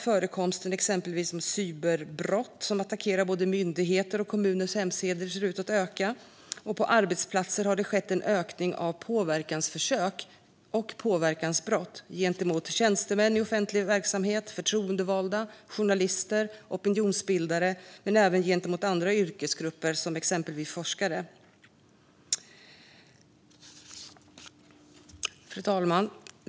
Förekomsten av exempelvis cyberbrott, som attacker mot både myndigheters och kommuners hemsidor, ser ut att öka. Och på arbetsplatser har det skett en ökning av påverkansförsök och påverkansbrott gentemot tjänstemän i offentlig verksamhet, förtroendevalda, journalister och opinionsbildare men även gentemot andra yrkesgrupper, som exempelvis forskare. Fru talman!